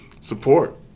support